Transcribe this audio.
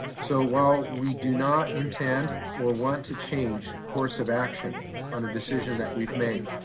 so while we do not intend or want to change course of action on a decision that we've made,